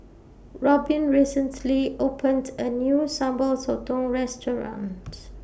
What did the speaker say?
Robyn recently opened A New Sambal Sotong restaurants